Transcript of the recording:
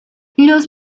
los